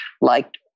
liked